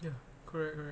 ya correct correct